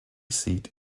seat